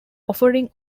offering